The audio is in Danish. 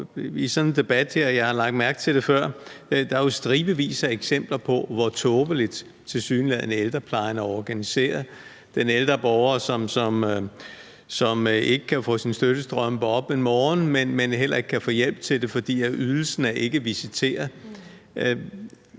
I sådan en debat her – og jeg har lagt mærke til det før – er der stribevis af eksempler på, hvor tåbeligt ældreplejen tilsyneladende er organiseret. Der er f.eks. den ældre borger, som ikke kan få sine støttestrømper på en morgen og heller ikke kan få hjælp til det, fordi ydelsen ikke er visiteret.